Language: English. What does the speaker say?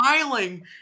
smiling